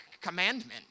commandment